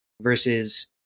versus